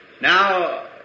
Now